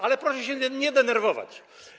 Ale proszę się nie denerwować.